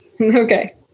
okay